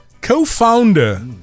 Co-founder